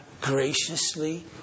graciously